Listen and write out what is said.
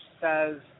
says